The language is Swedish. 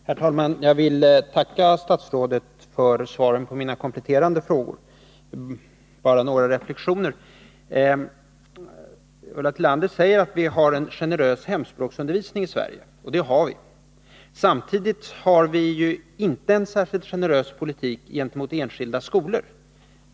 Herr talman! Jag vill tacka statsrådet för svaren på mina kompletterande frågor och sedan bara komma med några reflexioner. Ulla Tillander säger att vi har en generös hemspråksundervisning i Sverige. och det har vi. Men samtidigt har vi inte en särskilt generös politik gentemot enskilda skolor.